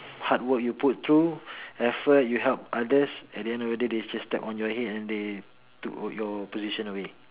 hard work you put through effort you help others at the end of the day they just step on your head and they took your position away